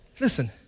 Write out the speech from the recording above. Listen